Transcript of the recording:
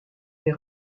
les